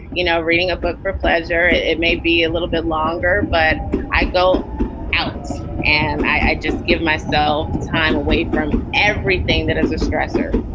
you know, reading a book for pleasure. it it may be a little bit longer, but i go out and i just give myself time away from everything that is a stressor.